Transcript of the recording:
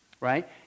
right